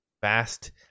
fast